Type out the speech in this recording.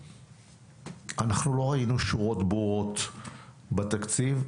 אנחנו לא ראינו שורות ברורות בתקציב,